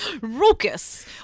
raucous